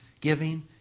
giving